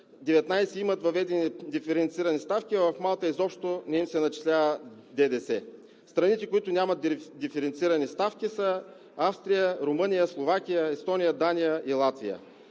19 имат въведени диференцирани ставки, а в Малта изобщо не им се начислява ДДС. Страните, които нямат диференцирани ставки, са Австрия, Румъния, Словакия, Естония, Дания и Латвия.